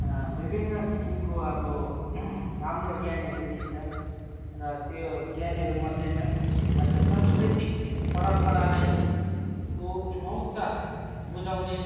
विभिन्न किसिमको अब राम्रो किसिमको ज्ञानहरू दिन्छ र त्यो ज्ञानहरूमध्येमा आज सांस्कृतिक परम्परालाई को महत्त्व बुझाउने